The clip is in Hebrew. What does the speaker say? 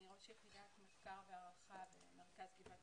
אני ראש יחידת מחקר והערכה במרכז גבעת